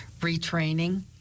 retraining